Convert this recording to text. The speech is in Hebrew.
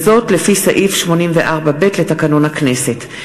וזאת לפי סעיף 84(ב) לתקנון הכנסת.